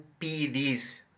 PEDs